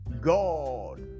God